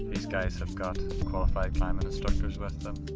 these guys have got qualified climbing instructors with them.